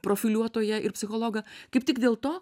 profiliuotoją ir psichologą kaip tik dėl to